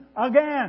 again